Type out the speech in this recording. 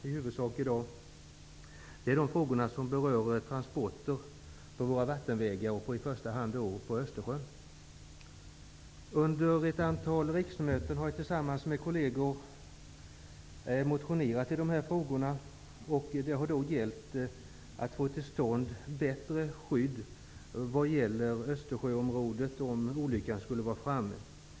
I huvudsak tänker jag här i dag tala om transport på våra vattenvägar, i första hand på Östersjön. Under ett antal riksmöten har jag tillsammans med kolleger motionerat för att få till stånd bättre skydd i Östersjöområdet om olyckan skulle vara framme.